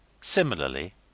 Similarly